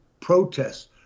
protests